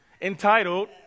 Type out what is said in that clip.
entitled